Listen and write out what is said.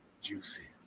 Juicy